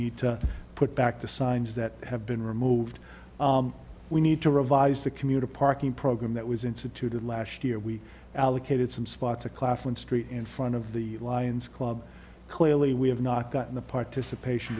need to put back the signs that have been removed we need to revise the commuter parking program that was instituted last year we allocated some spots of claflin street in front of the lions club clearly we have not gotten the participation